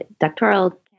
doctoral